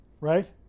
right